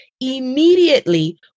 immediately